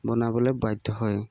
বনাবলৈ বাধ্য হয়